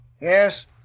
Yes